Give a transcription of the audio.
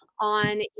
on